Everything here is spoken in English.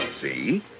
See